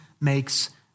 makes